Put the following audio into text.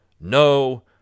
No